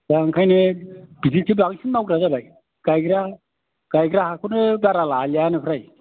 दा ओंखियनो बिदिसो बांसिन मावग्रा जाबाय गायग्रा हाखौनो बारा लालियानो फ्राय